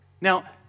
Now